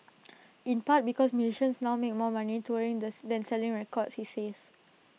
in part because musicians now make more money touring the than selling records he says